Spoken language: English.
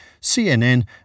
CNN